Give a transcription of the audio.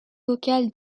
vocal